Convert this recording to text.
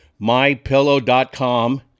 mypillow.com